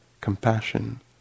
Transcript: compassion